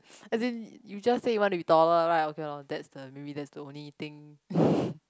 as in you just said you want to be taller right okay lor that's the maybe that's the only thing